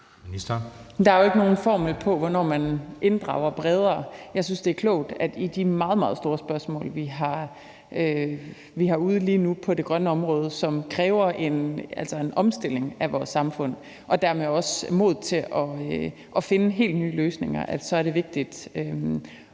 Der er ikke nogen formel på, hvornår man inddrager bredere. Jeg synes, at det er klogt, at i de meget, meget store spørgsmål, vi har ude lige nu på det grønne område, og som kræver en omstilling af vores samfund og dermed også mod til at finde helt nye løsninger, er det vigtigt